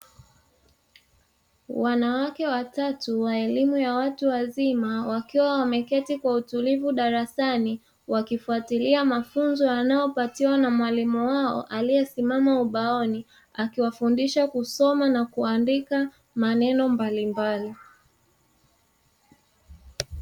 Wanawake watatu wa elimu ya watatu wazima wakiwa wameketi kwa utulivu darasani, wakifuatilia mafunzo wanayopatiwa na mwalimu wao aliyesimama ubaoni akiwafundisha kusoma na kuandika maneno mbalimbali.